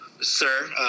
sir